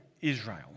Israel